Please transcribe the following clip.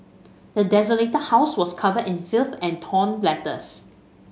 the desolated that house was covered in filth and torn letters